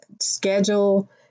Schedule